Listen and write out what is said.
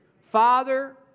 Father